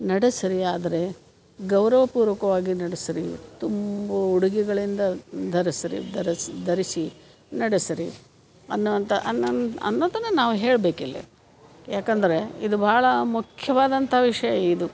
ನಡೆಸಿರಿ ಆದರೆ ಗೌರವಪೂರ್ವಕವಾಗಿ ನಡೆಸಿರಿ ತುಂಬು ಉಡುಗೆಗಳಿಂದ ಧರೆಸಿರಿ ಧರಿಸಿ ಧರಿಸಿ ನಡೆಸಿರಿ ಅನ್ನುವಂಥ ಅನ್ನನ ಅನ್ನೋದನ್ನು ನಾವು ಹೇಳ್ಬೇಕು ಇಲ್ಲಿ ಯಾಕೆಂದರೆ ಇದು ಭಾಳ ಮುಖ್ಯವಾದಂಥ ವಿಷಯ ಇದು